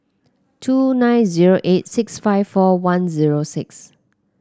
two nine zero eight six five four one zero six